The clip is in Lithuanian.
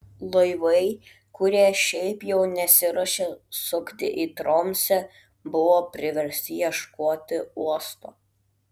laivai kurie šiaip jau nesiruošė sukti į tromsę buvo priversti ieškoti uosto